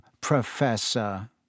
Professor